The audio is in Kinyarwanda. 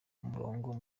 umurongo